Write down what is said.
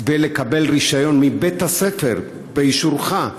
כדי לקבל רישיון, מבית הספר, באישורך.